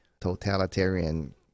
totalitarian